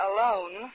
Alone